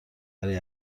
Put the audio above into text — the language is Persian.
برای